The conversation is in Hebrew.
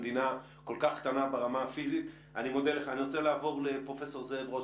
רק לפני שבוע ישבתי עם פרופסור זרקא,